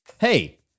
Hey